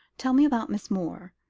tell me about miss moore.